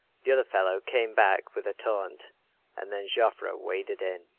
the other fellow came back with a taunt and then joseph waded in.